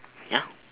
ya